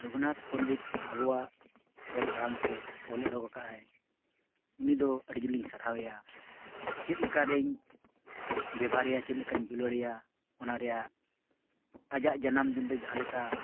ᱨᱚᱜᱷᱩᱱᱟᱛᱷ ᱯᱚᱱᱰᱤᱛ ᱟᱵᱚᱣᱟᱜ ᱚᱞ ᱟᱲᱟᱝ ᱛᱮ ᱚᱞ ᱚᱰᱚᱠ ᱟᱠᱟᱫ ᱟᱭ ᱩᱱᱤ ᱫᱚ ᱟᱹᱰᱤ ᱡᱳᱨᱤᱧ ᱥᱟᱨᱦᱟᱣᱮᱭᱟ ᱪᱮᱫ ᱞᱮᱠᱟ ᱨᱤᱧ ᱵᱮᱵᱷᱟᱨᱮᱭᱟ ᱪᱮᱫ ᱞᱮᱠᱟᱧ ᱫᱩᱞᱟᱹᱲᱮᱭᱟ ᱚᱱᱟ ᱨᱮᱭᱟᱜ ᱟᱡᱟᱜ ᱡᱟᱱᱟᱢ ᱫᱤᱱ ᱨᱮ ᱡᱟᱦᱟᱸ ᱞᱮᱠᱟ